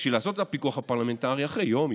בשביל לעשות את הפיקוח הפרלמנטרי אחרי יום,